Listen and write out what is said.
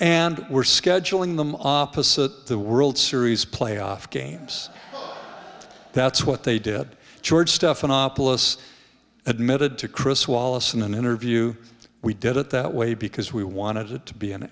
and we're scheduling them opposite the world series playoff games that's what they did george stephanopoulos admitted to chris wallace in an interview we did it that way because we wanted it to be an